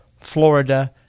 Florida